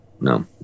No